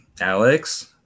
Alex